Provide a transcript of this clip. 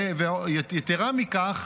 יתרה מכך,